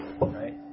Right